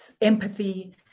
Empathy